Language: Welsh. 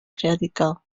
creadigol